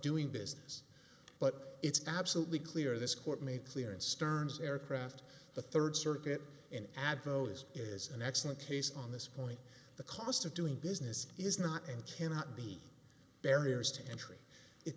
doing business but it's absolutely clear this court made clear in stern's aircraft the third circuit in add those is an excellent case on this point the cost of doing business is not and cannot be barriers to entry i